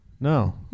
No